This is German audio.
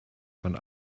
von